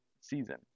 season